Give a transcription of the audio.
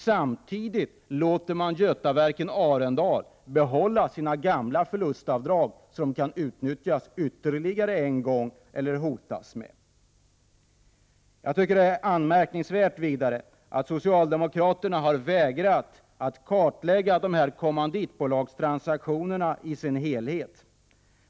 Samtidigt låter man Götaverken Arendal behålla sina gamla förlustavdrag, så att de kan utnyttjas ytterligare en gång. Jag tycker vidare att det är anmärkningsvärt att socialdemokraterna har vägrat att kartlägga de här kommanditbolagstransaktionerna i deras helhet.